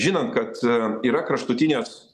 žinant kad yra kraštutinės